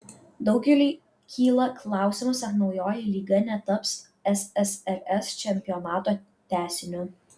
daugeliui kyla klausimas ar naujoji lyga netaps ssrs čempionato tęsiniu